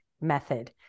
method